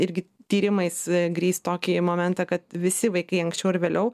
irgi tyrimais grįst tokį momentą kad visi vaikai anksčiau ar vėliau